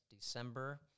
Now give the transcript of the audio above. December